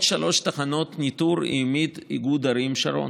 שלוש תחנות ניטור יעמיד איגוד ערים שרון,